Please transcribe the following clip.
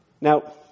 Now